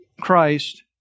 Christ